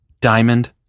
diamond